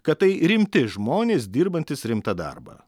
kad tai rimti žmonės dirbantys rimtą darbą